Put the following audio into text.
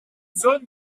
zone